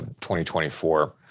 2024